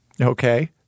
okay